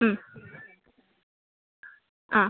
ഉം ആ